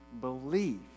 believe